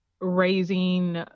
raising